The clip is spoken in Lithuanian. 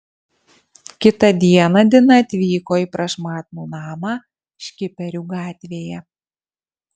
kitą dieną dina atvyko į prašmatnų namą škiperių gatvėje